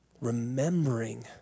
Remembering